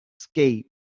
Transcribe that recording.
escape